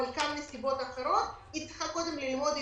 אבל כאן יש נסיבות אחרות היא צריכה ללמוד קודם